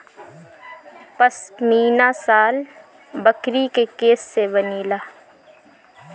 पश्मीना शाल बकरी के केश से बनेला